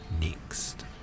next